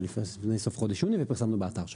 בסוף חודש יוני ופרסמנו באתר שלנו.